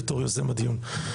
בתור יוזם הדיון.